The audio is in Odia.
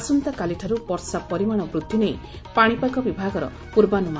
ଆସନ୍ତାକାଲିଠାରୁ ବର୍ଷା ପରିମାଣ ବୃଦ୍ଧି ନେଇ ପାଶିପାଗ ବିଭାଗର ପୂର୍ବାନୁମାନ